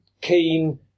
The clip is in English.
keen